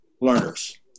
learners